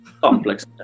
complex